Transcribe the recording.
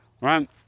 right